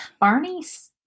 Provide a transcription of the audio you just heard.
Barney's